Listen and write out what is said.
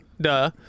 duh